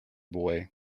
boy